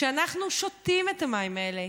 ואנחנו שותים את המים האלה,